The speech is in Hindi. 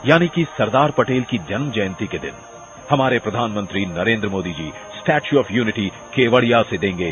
यानी कि सरदान पटेल की जन्म जयंती के दिन हमारे प्रधानमंत्री Narendra Modi ji statue of unity Kevadia से देंगे